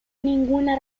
ninguna